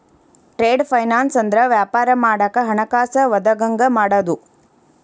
trade finance ಅಂದ್ರ ವ್ಯಾಪಾರ ಮಾಡಾಕ ಹಣಕಾಸ ಒದಗಂಗ ಮಾಡುದು